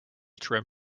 trim